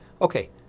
Okay